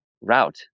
route